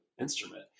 instrument